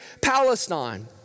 palestine